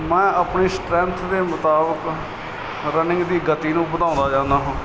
ਮੈਂ ਆਪਣੀ ਸਟਰੈਂਥ ਦੇ ਮੁਤਾਬਿਕ ਰਨਿੰਗ ਦੀ ਗਤੀ ਨੂੰ ਵਧਾਉਂਦਾ ਜਾਂਦਾ ਹਾਂ